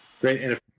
great